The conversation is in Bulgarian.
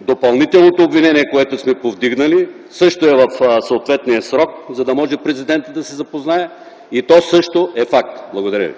Допълнителното обвинение, което сме повдигнали, също е в съответния срок, за да може Президентът да се запознае. И то също е факт. Благодаря.